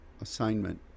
assignment